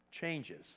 changes